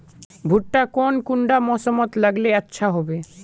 भुट्टा कौन कुंडा मोसमोत लगले अच्छा होबे?